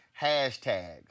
hashtags